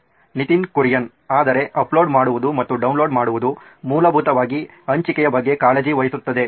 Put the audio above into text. ನಿತಿನ್ ಕುರಿಯನ್ ಆದರೆ ಅಪ್ಲೋಡ್ ಮಾಡುವುದು ಮತ್ತು ಡೌನ್ಲೋಡ್ ಮಾಡುವುದು ಮೂಲಭೂತವಾಗಿ ಹಂಚಿಕೆಯ ಬಗ್ಗೆ ಕಾಳಜಿ ವಹಿಸುತ್ತದೆ ಸರಿ